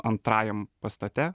antrajam pastate